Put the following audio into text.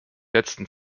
letzten